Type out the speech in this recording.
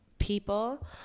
people